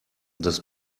das